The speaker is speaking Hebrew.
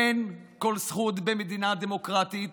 אין כל זכות במדינה דמוקרטית